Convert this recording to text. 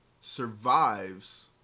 survives